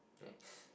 next